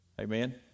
Amen